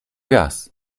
raz